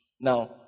Now